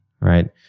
Right